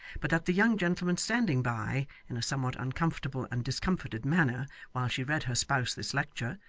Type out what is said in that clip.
but that the young gentleman standing by in a somewhat uncomfortable and discomfited manner while she read her spouse this lecture,